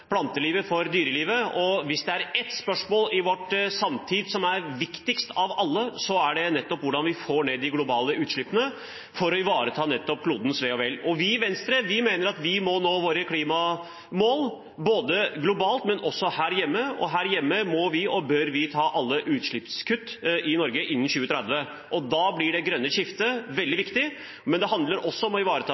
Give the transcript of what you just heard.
plantelivet, for dyrelivet, og spørsmålet i vår samtid som er viktigst av alle, er nettopp hvordan vi får ned de globale utslippene for å ivareta klodens ve og vel. Vi i Venstre mener at vi må nå våre klimamål både globalt og her hjemme, og her hjemme må vi – og bør vi – ta alle utslippskutt i Norge innen 2030, og da blir det grønne skiftet veldig viktig. Men det handler også om